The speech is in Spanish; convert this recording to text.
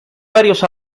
varios